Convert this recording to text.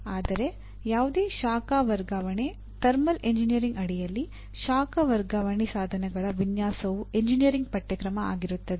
ಆದರೆ ಯಾವುದೇ ಶಾಖ ವರ್ಗಾವಣೆ ಥರ್ಮಲ್ ಎಂಜಿನಿಯರಿಂಗ್ ಅಡಿಯಲ್ಲಿ ಶಾಖ ವರ್ಗಾವಣೆ ಸಾಧನಗಳ ವಿನ್ಯಾಸವು ಎಂಜಿನಿಯರಿಂಗ್ ಪಠ್ಯಕ್ರಮ ಆಗಿರುತ್ತದೆ